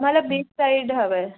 मला beach side हवं आहे